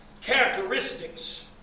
characteristics